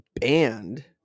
banned